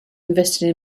invested